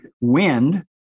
wind